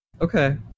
Okay